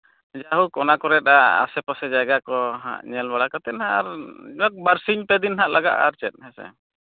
ᱡᱟᱭ ᱦᱳᱠ ᱚᱱᱟ ᱠᱚᱨᱮᱱᱟᱜ ᱟᱥᱮ ᱯᱟᱥᱮ ᱡᱟᱭᱜᱟ ᱠᱚ ᱦᱟᱸᱜ ᱧᱮᱞ ᱵᱟᱲᱟ ᱠᱟᱛᱮᱫ ᱱᱟᱦᱟᱜ ᱟᱨ ᱡᱟᱠ ᱵᱟᱨ ᱥᱤᱧ ᱯᱮ ᱫᱤᱱ ᱞᱟᱜᱟᱜᱼᱟ ᱟᱨ ᱪᱮᱫ ᱦᱮᱸᱥᱮ